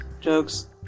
jokes